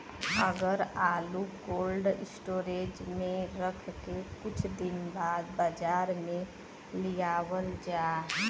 अगर आलू cold storage में रख के कुछ दिन बाद बाजार में लियावल जा?